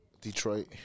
Detroit